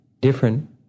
different